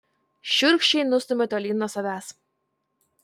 šiurkščiai nustumiu tolyn nuo savęs